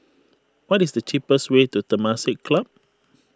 what is the cheapest way to Temasek Club